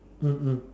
mm mm